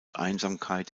einsamkeit